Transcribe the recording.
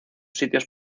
sitios